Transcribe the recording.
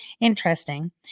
Interesting